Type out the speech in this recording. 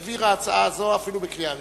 העבירה הצעה זו אפילו בקריאה ראשונה.